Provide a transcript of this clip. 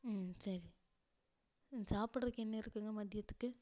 ம் சரி ம் சாப்பிட்றதுக்கு என்ன இருக்குங்க மதியத்துக்கு